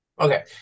Okay